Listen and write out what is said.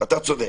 אתה צודק.